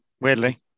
weirdly